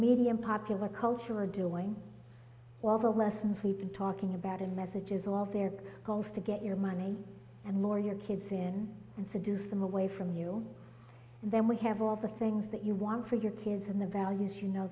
in popular culture are doing well the lessons we've been talking about and messages all their goals to get your money and more your kids in and seduce them away from you and then we have all the things that you want for your kids in the values you know